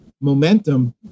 momentum